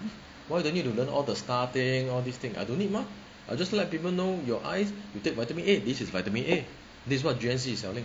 why do I need to learn all the star thing all these thing I don't need mah I just let people know your eyes you take vitamin A this is vitamin A this is what G_N_C is selling